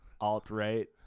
alt-right